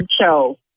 show